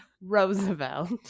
Roosevelt